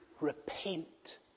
repent